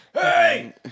hey